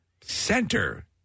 center